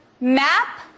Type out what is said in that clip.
map